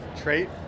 Trait